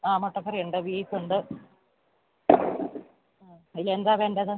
ആ മുട്ടക്കറിയുണ്ട് ബീഫുണ്ട് അതിലെന്താണ് വേണ്ടത്